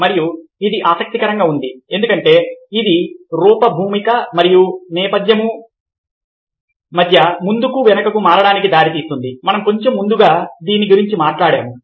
మరియు ఇది ఆసక్తికరంగా ఉంది ఎందుకంటే ఇది రూప భూమిక మరియు నేపథ్యము మధ్య ముందుకు వెనుకకు మారడానికి దారితీస్తుంది మనం కొంచెం ముందుగా దీని గురించి మాట్లాడాము